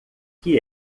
que